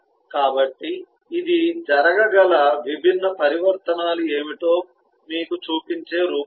కాబట్టి ఇది జరగగల విభిన్న పరివర్తనాలు ఏమిటో మీకు చూపించే రూపురేఖలు